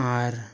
ᱟᱨ